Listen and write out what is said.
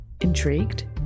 Intrigued